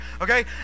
okay